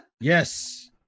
Yes